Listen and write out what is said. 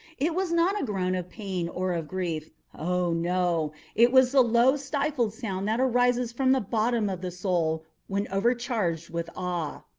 it was not a groan of pain or of grief oh, no it was the low stifled sound that arises from the bottom of the soul when overcharged with awe.